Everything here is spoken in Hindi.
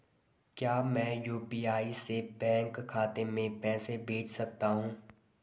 क्या मैं यु.पी.आई से बैंक खाते में पैसे भेज सकता हूँ?